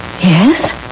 Yes